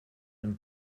and